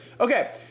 Okay